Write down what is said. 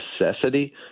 necessity